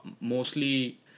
mostly